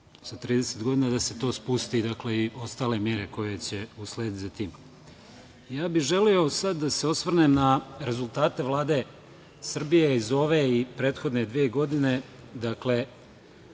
sa 30 godina da se to spusti i ostale mere koje će uslediti za tim. Želeo bih sada da se osvrnem na rezultate Vlade Srbije iz ove i prethodne dve godine. Samo